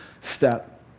step